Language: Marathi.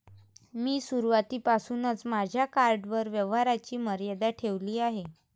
मी सुरुवातीपासूनच माझ्या कार्डवर व्यवहाराची मर्यादा ठेवली आहे